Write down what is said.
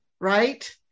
right